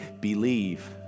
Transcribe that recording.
believe